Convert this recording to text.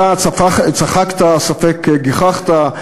אתה צחקת, ספק גיחכת,